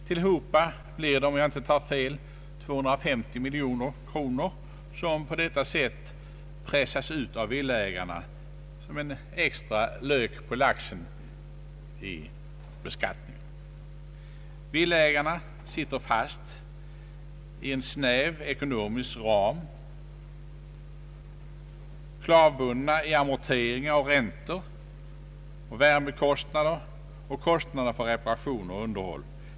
Tillhopa blir det, om jag inte tar fel, 250 miljoner kronor som på delta sätt pressas ut av villaägarna som en extra lök på laxen i beskatt Villaägarna sitter fast i en snäv ekoram, klavbundna av amorteringar och räntor, kostnader för värme, reparationer och underhåll.